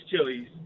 chilies